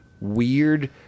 weird